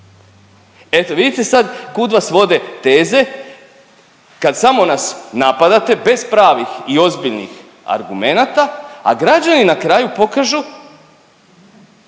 Eto vidite sam kud vas vode teze kad samo nas napadate bez pravih i ozbiljnih argumenata, a građani na kraju pokažu